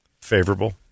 favorable